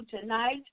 tonight